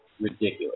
ridiculous